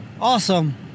Awesome